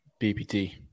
BPT